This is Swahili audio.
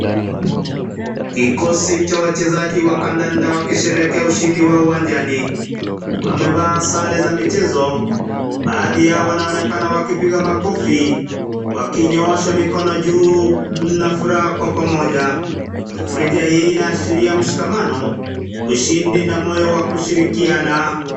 Kikosi cha wachezaji wa kandanda wakisherekea ushindi wao uwanjani, wamevaa sare za michezo. Baadhi yao wanaonenakana wakipiga makofi, wakinyoosha mikono juu na furaha kwa pamoja. Tafrija hii inaashiria mshikamano, ushindi na moyo wa kushirikiana.